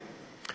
מצביעים?